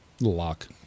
Luck